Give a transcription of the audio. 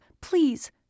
please